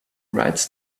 writes